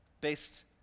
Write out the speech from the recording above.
based